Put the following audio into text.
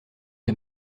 des